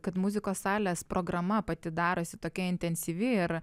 kad muzikos salės programa pati darosi tokia intensyvi ir